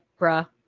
Bruh